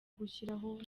gushyiraho